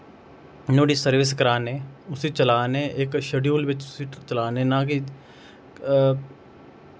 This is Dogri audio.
नुआढ़ी सर्विस करा ने असी चला ने इक शडयूल बिच्च उसी चला ने नां कि